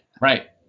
right